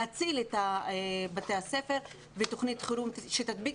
להציל את בתי הספר ותכנית חירום שתדביק